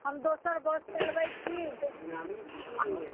हम दोसर बस चलबैत छी अहाँ